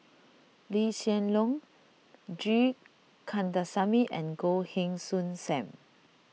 Lee Hsien Loong G Kandasamy and Goh Heng Soon Sam